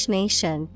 nation